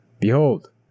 Behold